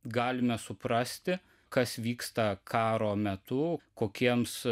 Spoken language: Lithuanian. galime suprasti kas vyksta karo metu kokiems